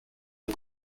aux